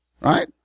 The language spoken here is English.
right